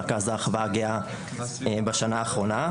רכז האחווה הגאה בשנה האחרונה.